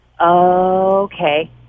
Okay